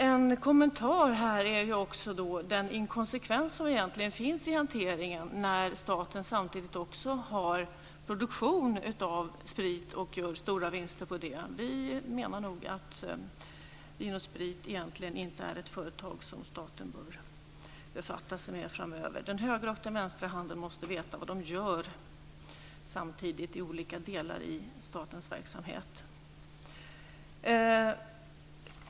En kommentar gäller också den inkonsekvens som egentligen finns i hanteringen när staten samtidigt har produktion av sprit och gör stora vinster på den. Vi menar nog att Vin & Sprit egentligen inte är ett företag som staten bör befatta sig med framöver. Den högra och den vänstra handen måste veta vad de gör samtidigt i olika delar av statens verksamhet.